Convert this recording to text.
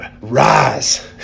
rise